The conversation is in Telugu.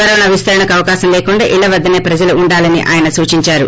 కరోనా విస్తరణకు అవకాశం లేకుండా ఇళ్లవద్లనే ప్రజలు ఉండాలని ఆయన సూచించారు